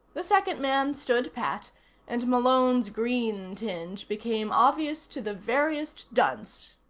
the second man stood pat and malone's green tinge became obvious to the veriest dunce.